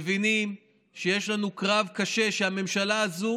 מבינים שיש לנו קרב קשה, והממשלה הזו,